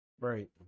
Right